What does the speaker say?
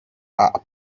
are